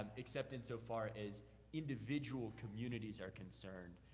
and except insofar as individual communities are concerned.